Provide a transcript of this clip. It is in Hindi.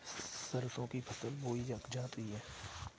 सरसों की फसल कब बोई जाती है?